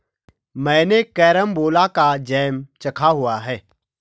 मैंने कैरमबोला का जैम चखा हुआ है